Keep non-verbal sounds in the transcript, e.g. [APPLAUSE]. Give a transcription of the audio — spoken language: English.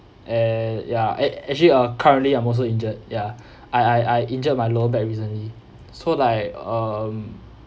and ya ac~ actually uh currently I'm also injured ya [BREATH] I I I injured my lower back recently so like um